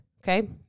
okay